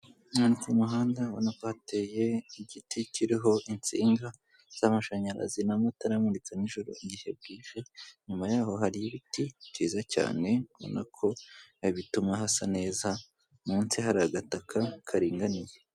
Ahantu ku muhanda ubona ko hateye igiti kiriho insinga z'amashanyarazi n'amatara amuritse nijoro igihe bwije, inyuma yaho hari ibiti byiza cyane ubona ko bituma hasa neza munsi hari agataka karinganiye.